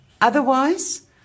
Otherwise